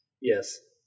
Yes